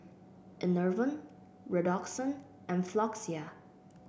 Enervon Redoxon and Floxia